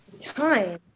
time